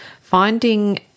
finding